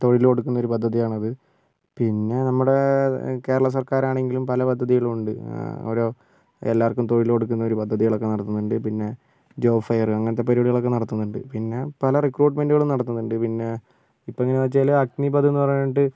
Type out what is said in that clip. തൊഴിൽ കൊടുക്കുന്നൊരു പദ്ധതിയാണത് പിന്നെ നമ്മുടെ കേരള സർക്കാറാണെങ്കിലും പല പദ്ധതികളുണ്ട് ഓരോ എല്ലാവർക്കും തൊഴിൽ കൊടുക്കുന്നൊരു പദ്ധതികളൊക്കെ നടത്തുന്നുണ്ട് പിന്നെ ജോബ് ഫെയർ അങ്ങനത്തെ പരിപാടികളൊക്കെ നടത്തുന്നുണ്ട് പിന്നെ പല റിക്ക്രൂട്ട്മെൻ്റുകളും നടത്തുന്നുണ്ട് പിന്നെ ഇപ്പം എങ്ങനെയാണെന്നു വച്ചാൽ അഗ്നിപഥ് എന്നു പറഞ്ഞിട്ട്